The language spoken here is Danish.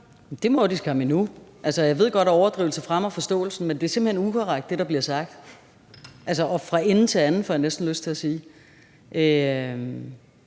Det må de skam endnu. Altså, jeg ved godt, at overdrivelse fremmer forståelsen, men det er simpelt hen ukorrekt, hvad der bliver sagt – og fra ende til anden, får jeg næsten lyst til at sige. Det,